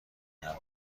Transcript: حرف